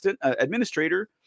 Administrator